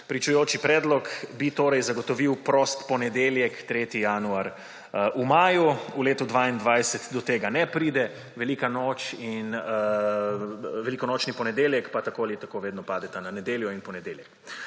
pričujoči predlog bi torej zagotovil prost ponedeljek 3. januarja. V maju v letu 2022 do tega ne pride, velika noč, velikonočni ponedeljek pa tako ali tako vedno padeta na nedeljo in ponedeljek.